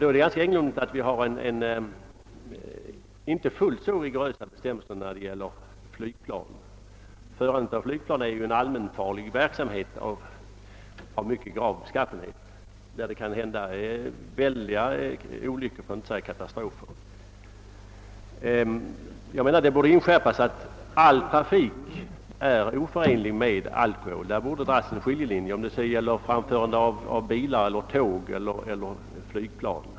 Då är det ganska egendomligt att vi har inte fullt så rigorösa bestämmelser beträffande flygplan, Ett onyktert förande av flygplan är ju en allmänfarlig verksamhet av mycket grav beskaffenhet, som kan orsaka väldiga olyckor, för att inte säga katastrofer. Det borde inskärpas att all trafik är oförenlig med alkobol. Där borde dras en skiljelinje, vare sig det gäller framförande av bilar eller av tåg eller flygplan.